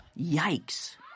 Yikes